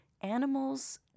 animals